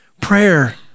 Prayer